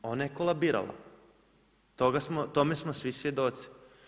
Ona je kolabirala tome smo svi svjedoci.